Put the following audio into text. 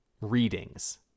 readings